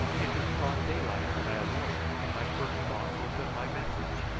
it was broad daylight when i awoke, and my first thought was of my message,